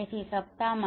તેથી સપ્તાહમાં